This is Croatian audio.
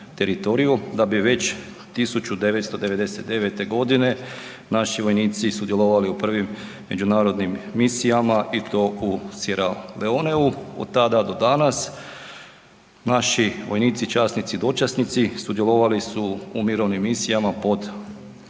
da bi već 1999. godine naši vojnici sudjelovali u prvim međunarodnim misijama i to u Sierra Leoneu, od tada do danas naši vojnici, časnici i dočasnici sudjelovali su u mirovnim misijama pod okriljem